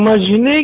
अब मैं समझा